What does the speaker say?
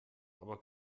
aber